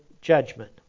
judgment